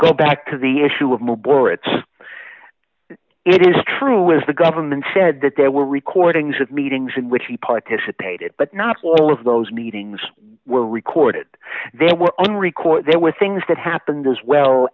go back to the issue of more bore it's it is true is the government said that they were recordings of meetings in which he participated but not all of those meetings were recorded they were on record there were things that happened as well